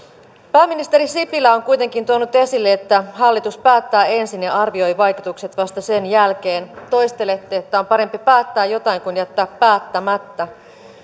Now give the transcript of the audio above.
pääministeri sipilä on kuitenkin tuonut esille että hallitus päättää ensin ja arvioi vaikutukset vasta sen jälkeen toistelette että on parempi päättää jotain kuin jättää päättämättä